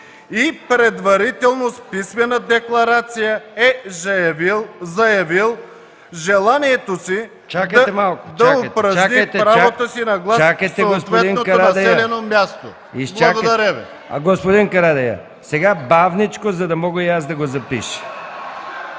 „и предварително в писмена декларация е заявил желанието си да упражни правото си на глас в съответното населено място”. ПРЕДСЕДАТЕЛ МИХАИЛ МИКОВ: Господин Карадайъ, сега бавничко, за да мога и аз да го запиша.